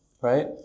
right